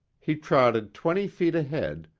he trotted twenty feet ahead,